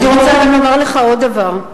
אני רוצה גם לומר לך עוד דבר,